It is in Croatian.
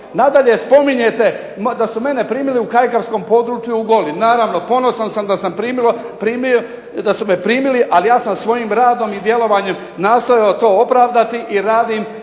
Nadalje, spominjete da su mene primili u kajkavskom području u Goli. Naravno, ponosan sam da su me primili, ali ja sam svojim radom i djelovanjem nastojao to opravdati i radim